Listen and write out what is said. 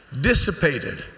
Dissipated